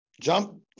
jump